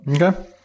Okay